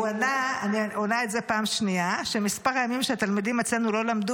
הוא ענה את זה פעם שנייה שמספר ימים שהתלמידים אצלנו לא למדו